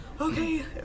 okay